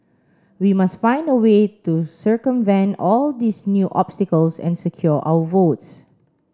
we must find a way to circumvent all these new obstacles and secure our votes